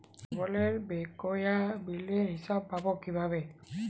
কেবলের বকেয়া বিলের হিসাব পাব কিভাবে?